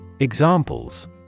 Examples